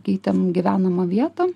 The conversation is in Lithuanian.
keitėm gyvenamą vietą